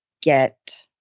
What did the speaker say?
get